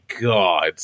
god